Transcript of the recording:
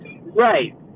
Right